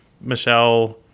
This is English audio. Michelle